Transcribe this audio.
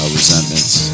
resentments